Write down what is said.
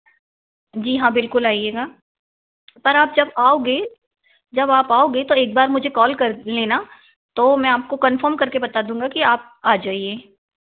जी हाँ बिलकुल आईएगा पर आप जब आओगे जब आप आओगे तो एक बार मुझे कॉल कर लेना तो मैं आपको कंफ़र्म कर के बता दूँगा की आप आ जाईए